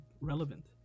relevant